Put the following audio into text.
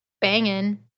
banging